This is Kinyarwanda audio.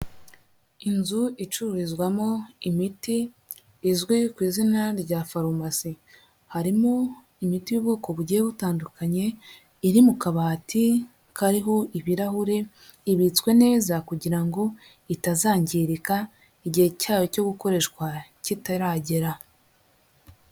Inzu icururizwamo imiti izwi ku izina rya farumasi. Harimo imiti y'ubwoko bugiye butandukanye, iri mu kabati kariho ibirahuri, ibitswe neza kugira ngo itazangirika igihe cyayo cyo gukoreshwa kitaragera.